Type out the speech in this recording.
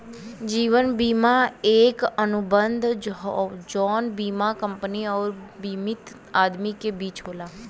जीवन बीमा एक अनुबंध हौ जौन बीमा कंपनी आउर बीमित आदमी के बीच होला